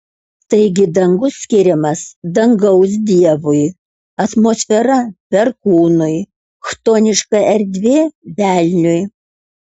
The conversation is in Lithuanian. taigi dangus skiriamas dangaus dievui atmosfera perkūnui chtoniška erdvė velniui